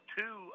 two